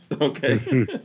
Okay